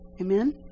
Amen